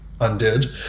undid